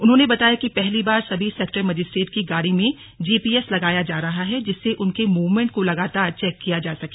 उन्होंने बताया कि पहली बार सभी सेक्टर मजिस्ट्रेट की गाड़ी में जीपीएस लगाया जा रहा है जिससे उनके मूवमेंट को लगातार चेक किया जा सके